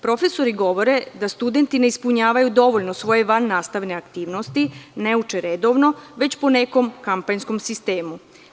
Profesori govore da studenti ne ispunjavaju dovoljno van nastavne aktivnosti, ne uče redovno, već po nekom kampanjskom sistemu.